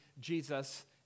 Jesus